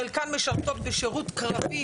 חלקן משרתות בשירות קרבי.